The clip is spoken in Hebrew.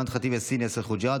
אימאן ח'טיב יאסין ויאסר חוג'יראת,